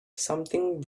something